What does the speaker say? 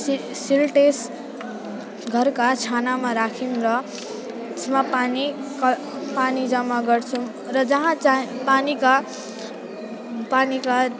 सि सिन्टेक्स घरका छानामा राख्यौँ र त्यसमा पानी पा पानी जम्मा गर्छौँ र जहाँ चा पानीका पानीका